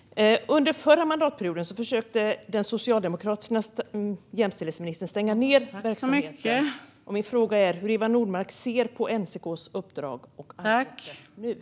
Under förra mandatperioden försökte den socialdemokratiska jämställdhetsministern stänga ned verksamheten. Min fråga är hur Eva Nordmark ser på NCK:s uppdrag och arbete nu.